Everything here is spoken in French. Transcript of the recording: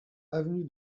avenue